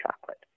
chocolate